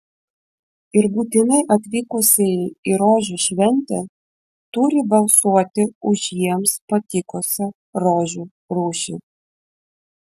ir būtinai atvykusieji į rožių šventę turi balsuoti už jiems patikusią rožių rūšį